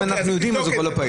אם אנחנו יודעים, הוא כבר לא פעיל.